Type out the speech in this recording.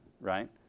right